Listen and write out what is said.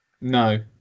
No